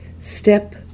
Step